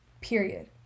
Period